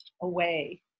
away